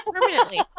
Permanently